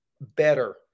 better